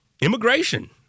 Immigration